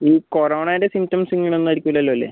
ഈ കൊറോണേൻ്റ സിംപ്റ്റംസ് ഇങ്ങനെയൊന്നും ആയിരിക്കില്ലല്ലോ അല്ലേ